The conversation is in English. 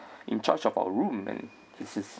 in charge of our room and this is